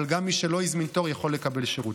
אבל גם מי שלא הזמין תור יכול לקבל שירות.